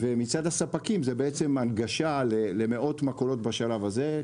מצד הספקים מדובר בהנגשה למאות מכולות בשלב הזה.